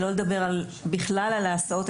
שלא לדבר בכלל על ההסעות.